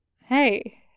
Hey